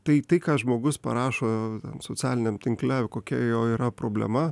tai tai ką žmogus parašo socialiniam tinkle kokia jo yra problema